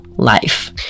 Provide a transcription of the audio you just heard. Life